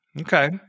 Okay